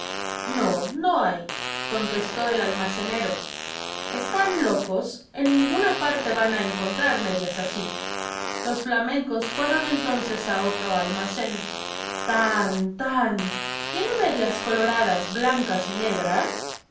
no no hay contestó el almacenero están locos en ninguna parte van a encontrar medias así los flamencos fueron entonces a otro almacén tan tan tienes medias coloradas blancas y negras